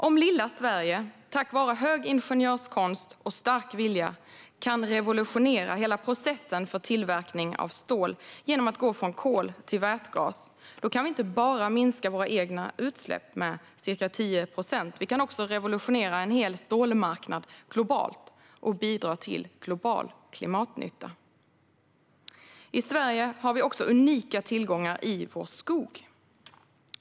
Om lilla Sverige tack vare stor ingenjörskonst och stark vilja kan revolutionera hela processen för tillverkning av stål genom att gå från kol till vätgas kan vi, förutom att minska våra egna utsläpp med ca 10 procent, revolutionera en hel stålmarknad globalt och bidra till global klimatnytta. I Sverige har vi också unika tillgångar i vår skog.